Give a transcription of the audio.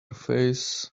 face